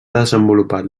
desenvolupat